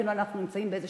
כאילו אנחנו נמצאים באיזה